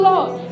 Lord